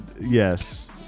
Yes